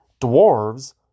Dwarves